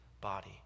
body